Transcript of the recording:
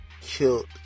Killed